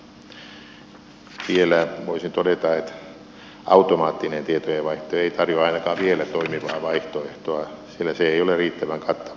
vielä voisin todeta että automaattinen tietojenvaihto ei tarjoa ainakaan vielä toimivaa vaihtoehtoa sillä se ei ole riittävä